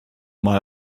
mal